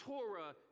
Torah